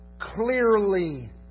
clearly